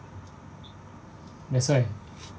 that's why